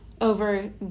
over